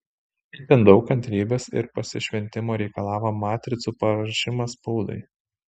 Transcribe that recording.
itin daug kantrybės ir pasišventimo reikalavo matricų paruošimas spaudai